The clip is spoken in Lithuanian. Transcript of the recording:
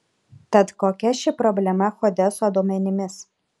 tad kokia gi ši problema hodeso duomenimis